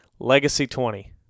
LEGACY20